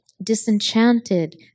disenchanted